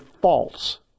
false